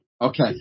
Okay